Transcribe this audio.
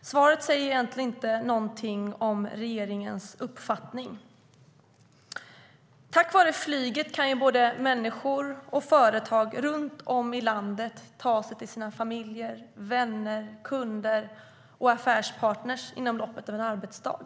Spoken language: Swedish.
Svaret säger egentligen inte någonting om regeringens uppfattning. Tack vare flyget kan både människor och företag runt om i landet ta sig till sina familjer, vänner, kunder och affärspartner inom loppet av en arbetsdag.